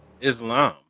islam